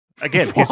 again